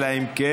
אלא אם כן,